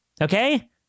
okay